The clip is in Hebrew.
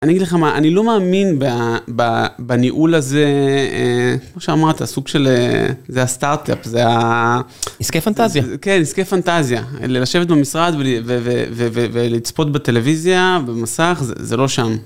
אני אגיד לך מה, אני לא מאמין בניהול הזה, כמו שאמרת, סוג של, זה הסטארט-אפ, זה ה... עסקי פנטזיה. כן, עסקי פנטזיה. ללשבת במשרד ולצפות בטלוויזיה, במסך, זה לא שם.